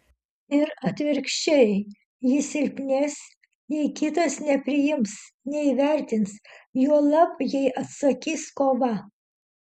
ir atvirkščiai ji silpnės jei kitas nepriims neįvertins juolab jei atsakys kova